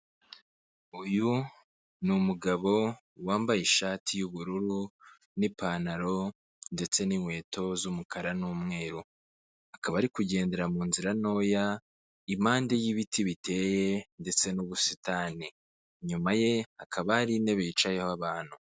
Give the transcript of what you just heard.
Uyu ni umugabo wambaye ishati y'ubururu n'ipantaro ndetse n'inkweto z'umukara n'umweru, akaba ari kugendera mu nzira ntoya impande y'ibiti biteye ndetse n'ubusitani, inyuma ye hakaba hari intebe yicayeho abantu.